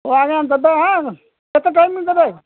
ହଉ ଆଜ୍ଞା ଦେବେ କେତେ ଟାଇମ ଦେବେ